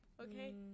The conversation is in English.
okay